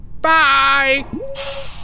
Bye